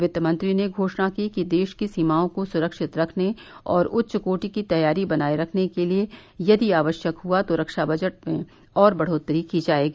वित्तमंत्री ने घोषणा की कि देश की सीमाओं को सुरक्षित रखने और उच्चकोटि की तैयारी बनाए रखने के लिए यदि आवश्यक हुआ तो रक्षा बजट में और बढ़ोतरी की जाएगी